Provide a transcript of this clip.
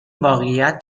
واقعیت